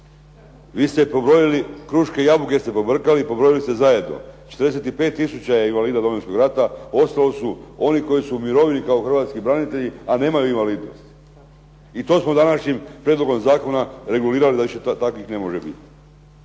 Vi ste pobrojili, kruške i jabuke ste pobrkali, pobrojali ste zajedno. 45 tisuća je invalida Domovinskog rata, ostalo su oni koji u mirovini kao hrvatski branitelji, a nemaju invalidnost. I to smo današnjim prijedlogom zakona regulirali da takvih ne može biti.